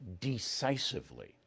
decisively